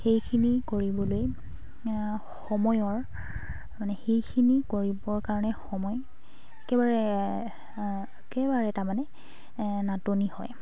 সেইখিনি কৰিবলৈ সময়ৰ মানে সেইখিনি কৰিবৰ কাৰণে সময় একেবাৰে একেবাৰে তাৰমানে নাটনি হয়